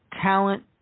talent